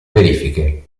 verifiche